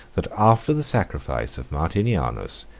that after the sacrifice of martinianus,